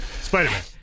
Spider-Man